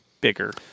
bigger